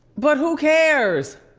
but who cares?